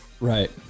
Right